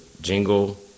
jingle